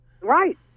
Right